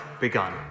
begun